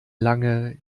lange